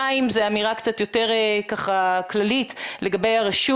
האמירה השנייה היא אמירה יותר כללית לגבי הרשות.